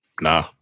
nah